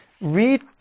Read